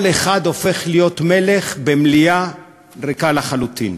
כל אחד הופך להיות מלך במליאה ריקה לחלוטין.